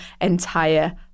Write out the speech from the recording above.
entire